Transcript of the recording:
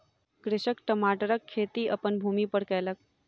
कृषक टमाटरक खेती अपन भूमि पर कयलक